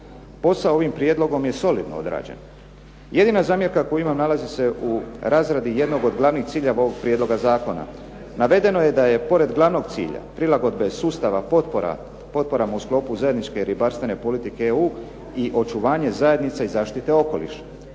Posao ovim prijedlogom je solidno odrađen, jedina zamjerka koju imam nalazi se u razradi jednog od glavnih ciljeva ovog prijedloga zakona. Navedeno je da je pored glavnog cilja prilagodba sustava potporama u sklopu zajedničke ribarstvene politike EU i očuvanje zajednice i zaštite okoliša.